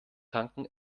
tanken